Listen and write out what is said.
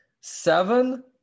seven